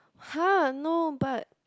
[huh] no but